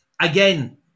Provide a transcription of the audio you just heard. again